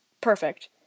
perfect